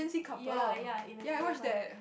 ya ya even near my